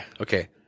Okay